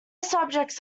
subjects